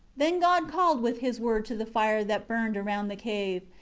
then god called with his word to the fire that burned around the cave,